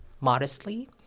modestly